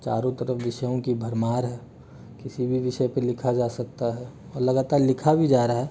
चारों तरफ विषयों की भरमार है किसी भी विषय पर लिखा जा सकता है लगातार लिखा भी जा रहा है